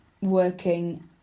working